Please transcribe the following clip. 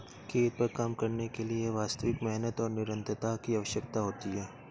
खेत पर काम करने के लिए वास्तविक मेहनत और निरंतरता की आवश्यकता होती है